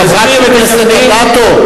חברת הכנסת אדטו,